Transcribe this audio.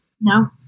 No